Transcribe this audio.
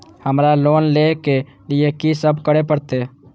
हमरा लोन ले के लिए की सब करे परते?